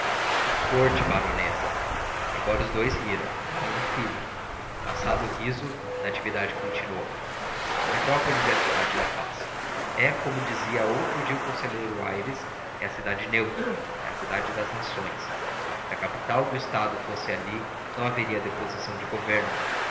que corte baronesa agora os dous riram mãe e filho passado o riso natividade continuou petrópolis é a cidade da paz é como dizia outro dia o conselheiro aires é a cidade neutra é a cidade das nações se a capital do estado fosse ali não haveria deposição de governo